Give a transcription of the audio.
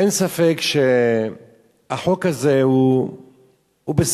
אין ספק שהחוק הזה הוא בסדר.